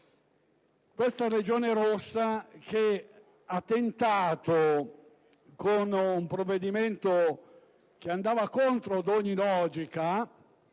Questa Regione rossa ha tentato, con un provvedimento che andava contro ogni logica,